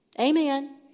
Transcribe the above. Amen